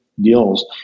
Deals